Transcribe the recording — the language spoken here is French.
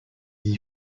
d’y